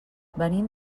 venim